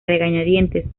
regañadientes